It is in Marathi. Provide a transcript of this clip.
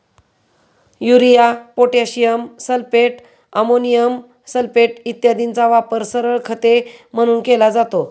urea, potassium sulphate, ammonium sulphate इत्यादींचा वापर सरळ खते म्हणून केला जातो